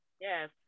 Yes